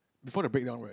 before the breakdown right